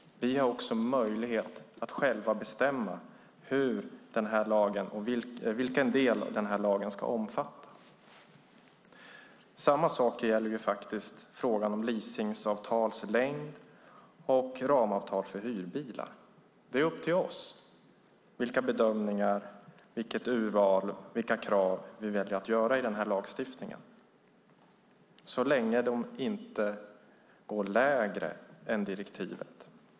Vi har också möjlighet att själva bestämma vilka delar denna lag ska omfatta. Samma sak gäller faktiskt frågan om leasingavtals längd och ramavtal för hyrbilar. Det är upp till oss vilka bedömningar, vilket urval och vilka krav vi väljer att ha i denna lagstiftning så länge de inte är på en lägre nivå än i direktivet.